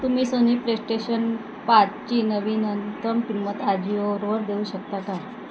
तुम्ही Sony PlayStation पाचची नवीनतम किंमत आजिओरवर देऊ शकता का